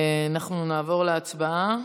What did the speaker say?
אנחנו נעבור להצבעה,